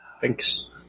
Thanks